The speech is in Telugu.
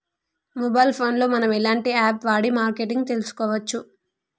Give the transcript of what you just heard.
మొబైల్ ఫోన్ లో మనం ఎలాంటి యాప్ వాడి మార్కెటింగ్ తెలుసుకోవచ్చు?